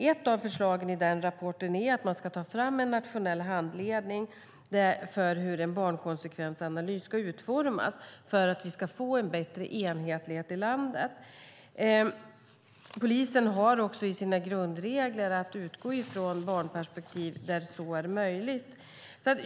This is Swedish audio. Ett av förslagen i den rapporten är att man ska ta fram en nationell handledning för hur en barnkonsekvensanalys ska utformas för att vi ska få en bättre enhetlighet i landet. Polisen har också i sina grundregler att utgå ifrån barnperspektivet där så är möjligt.